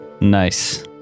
Nice